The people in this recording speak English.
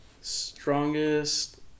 Strongest